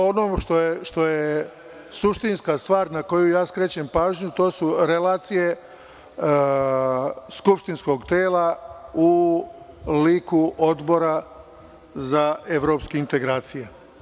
Ono što je suštinska stvar na koju skrećem pažnju, to su relacije Skupštnskog tela u liku Odbora za evropske integracije.